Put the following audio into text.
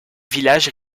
village